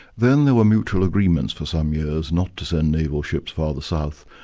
then there mutual agreements for some years not to send naval ships farther south,